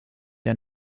der